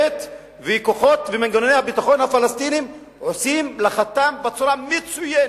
ומנגנוני הביטחון הפלסטיניים עושים מלאכתם בצורה מצוינת.